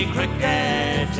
Cricket